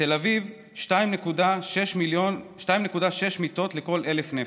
בתל אביב, 2.6 מיטות לכל 1,000 נפש,